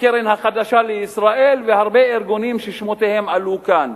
הקרן החדשה לישראל והרבה ארגונים ששמותיהם עלו כאן,